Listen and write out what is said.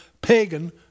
pagan